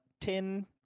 ten